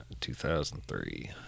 2003